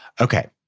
Okay